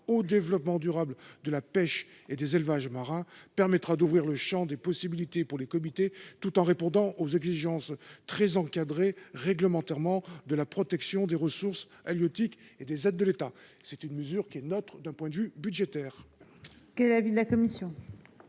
au développement durable de la pêche et des élevages marins permettra d'ouvrir le Champ des possibilités pour les comités tout en répondant aux exigences très encadré réglementairement de la protection des ressources halieutiques et des aides de l'État. C'est une mesure qui est neutre, d'un point de vue budgétaire. Qu'est l'avis de la commission.